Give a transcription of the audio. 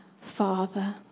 Father